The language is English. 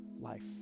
life